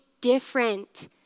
different